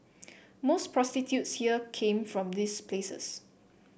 most prostitutes here came from these places